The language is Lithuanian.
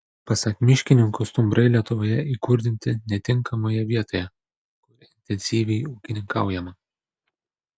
pasak miškininkų stumbrai lietuvoje įkurdinti netinkamoje vietoje kur intensyviai ūkininkaujama